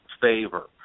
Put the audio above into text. favor